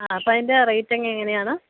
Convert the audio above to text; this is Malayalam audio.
ആ അപ്പോള് അതിന്റെ റേറ്റ് എങ്ങനെ ആണ്